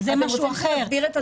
אבל ולדימיר חייב תשובות.